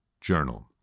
journal